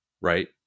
right